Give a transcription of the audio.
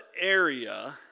area